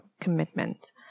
commitment